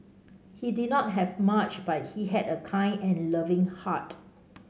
he did not have much but he had a kind and loving heart